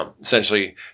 Essentially